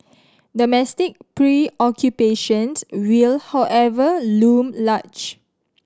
domestic preoccupations will however loom large